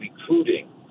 recruiting